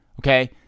okay